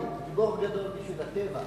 גיבור גדול בשביל הטבע,